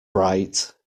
right